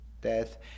death